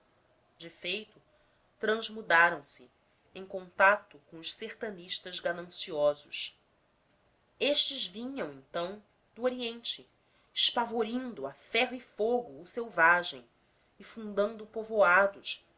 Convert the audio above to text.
de feito transmudaram se em contacto com os sertanistas gananciosos estes vinham então do oriente espavorindo a ferro e fogo o selvagem e fundando povoados